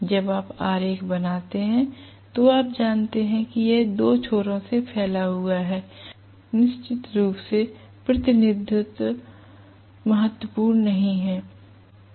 जब आप आरेख बनाते हैं तो आप जानते हैं कि यह दो छोरों से फैला हुआ निश्चित रूप से प्रतिनिधित्व महत्वपूर्ण नहीं है